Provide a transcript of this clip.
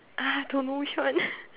uh don't know which one